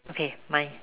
okay mine